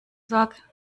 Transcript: sack